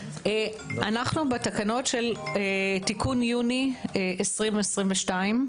אנחנו בתקנות של תיקון יוני 2022,